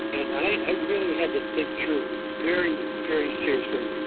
and i really had to think through very, very seriously